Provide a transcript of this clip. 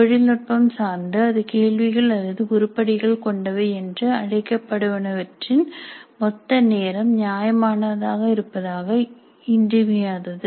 தொழில்நுட்பம் சார்ந்து அது கேள்விகள் அல்லது உருப்படிகள் கொண்டவை என்று அழைக்கப்படுவனவற்றின் மொத்த நேரம் நியாயமானதாக இருப்பது இன்றியமையாதது